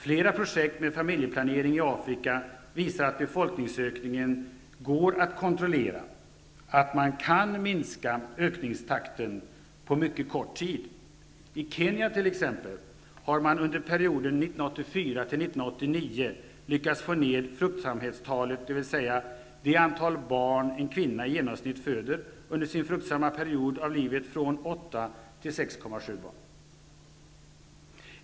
Flera projekt med familjeplanering i Afrika visar att befolkningsökningen går att kontrollera, att man kan minska ökningstakten på mycket kort tid. I Kenya t.ex. har man under perioden 1984--1989 lyckats få ned fruktsamhetstalet, dvs. det antal barn som en kvinna i genomsnitt föder under sin fruktsamma period av livet, från 8 till 6,7 barn.